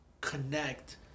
connect